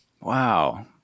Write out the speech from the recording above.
Wow